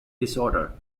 disorder